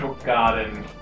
garden